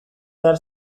behar